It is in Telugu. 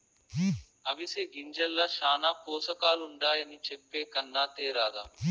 అవిసె గింజల్ల శానా పోసకాలుండాయని చెప్పే కన్నా తేరాదా